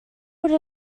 would